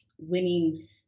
winning